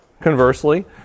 conversely